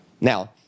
Now